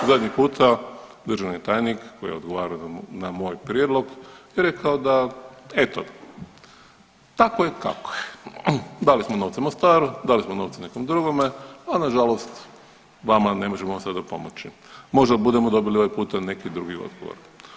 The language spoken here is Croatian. Zadnji puta državni tajnik koji je odgovarao na moj prijedlog je rekao da eto tako je kako je, dali smo novce Mostaru, dali smo novce nekom drugome, al nažalost vama ne možemo sada pomoći, možda budemo dobili ovaj puta neki drugi odgovor.